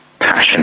passion